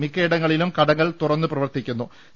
മിക്കയിടങ്ങളിലും കടകൾ തുറന്നുപ്രവർത്തിക്കുന്നുണ്ട്